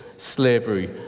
Slavery